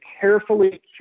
carefully